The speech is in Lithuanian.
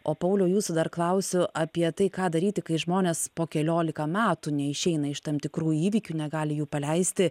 o pauliau jūsų dar klausiu apie tai ką daryti kai žmonės po keliolika metų neišeina iš tam tikrų įvykių negali jų paleisti